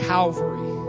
Calvary